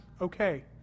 okay